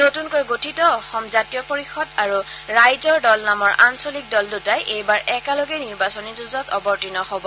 নতুনকৈ গঠিত অসম জাতীয় পৰিষদ আৰু ৰাইজৰ দল নামৰ আঞ্চলিক দল দুটাই এইবাৰ একেলগে নিৰ্বাচনী যুঁজত অৱতীৰ্ণ হব